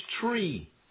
tree